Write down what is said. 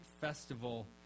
festival